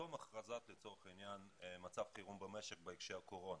תום הכרזת מצב חירום במשק בהקשר לקורונה.